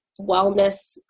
wellness